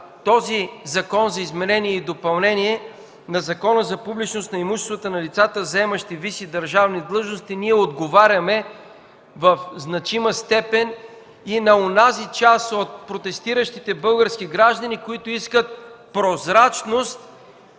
този Закон за изменение и допълнение на Закона за публичност на имуществата на лицата, заемащи висши държавни длъжности ние отговаряме в значима степен и на онази част от протестиращите български граждани, които искат прозрачност